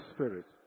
Spirit